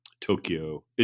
Tokyo